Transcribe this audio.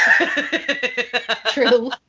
True